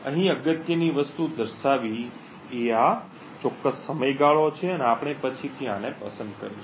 અહીં અગત્યની વસ્તુ દર્શાવવી એ આ ચોક્કસ સમયગાળો છે અને આપણે પછીથી આને પસંદ કરીશું